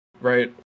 right